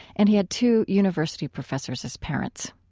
and he had two university professors as parents.